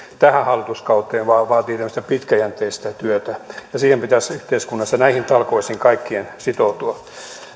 tähän hallituskauteen vaan vaatii tämmöistä pitkäjänteistä työtä siihen pitäisi yhteiskunnassa näihin talkoisiin kaikkien sitoutua